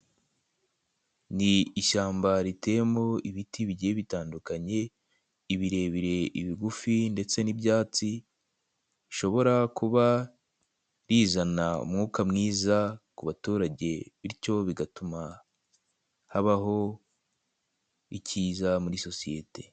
Ni ishyamba riteyemo ibiti bigiye bitandukanye, ibirebire, ibigufi ndetse n'ibyatsi bishobora kuba bizana umwuka mwiza ku baturage bityo bigatuma habaho ikiza muri sosiyete.